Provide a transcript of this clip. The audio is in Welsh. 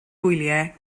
gwyliau